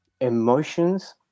emotions